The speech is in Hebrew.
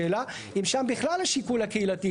השאלה אם שם בכלל השיקול הקהילתי.